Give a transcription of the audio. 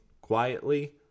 quietly